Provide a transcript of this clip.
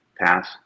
pass